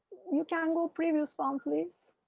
you can go previous one, please.